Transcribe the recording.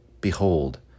behold